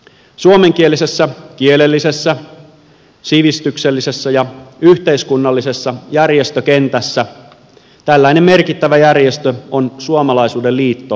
suomenkielisessä kielellisessä sivistyksellisessä ja yhteiskunnallisessa järjestökentässä tällainen merkittävä järjestö on suomalaisuuden liitto rekisteröity yhdistys